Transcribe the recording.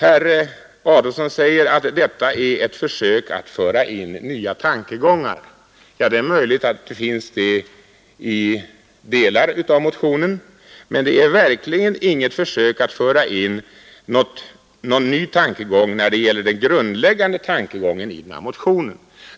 Herr Adolfsson säger att detta är ett försök att föra in nya tankegångar i debatten. Ja, det är möjligt att det finns sådana i vissa delar av motionen, men det är verkligen inget försök att föra in någon ny tanke när det gäller den grundläggande tankegången i den här motionen.